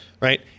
Right